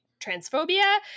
transphobia